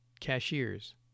cashiers